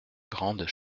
grandes